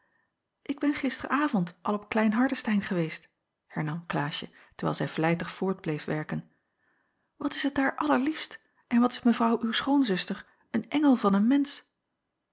ik ben gisteren avond al op klein hardestein geweest hernam klaasje terwijl zij vlijtig voort bleef werken wat is het daar allerliefst en wat is mevrouw uw schoonzuster een engel van een mensch